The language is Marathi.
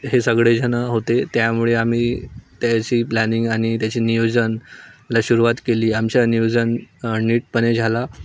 हे सगळेजण होते त्यामुळे आम्ही त्याची प्लॅनिंग आणि त्याची नियोजन ला सुरुवात केली आमच्या नियोजन नीटपणे झाला